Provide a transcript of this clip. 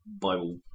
Bible